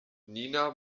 nina